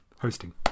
Hosting